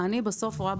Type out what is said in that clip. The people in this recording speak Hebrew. אני מנהלת